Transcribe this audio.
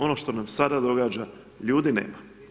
Ono što nam se sada događa, ljudi nema.